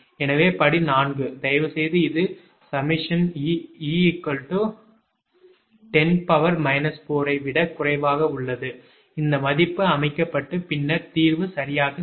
எனவே படி 4 தயவுசெய்து இது 𝜖 𝜖 10−4 ஐ விடக் குறைவாக உள்ளது இந்த மதிப்பு அமைக்கப்பட்டு பின்னர் தீர்வு சரியாகச் சேரும்